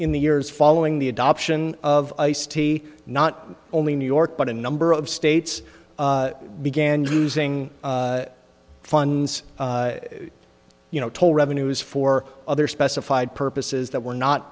in the years following the adoption of ice tea not only in new york but a number of states began using funds you know toll revenues for other specified purposes that were not